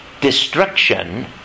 destruction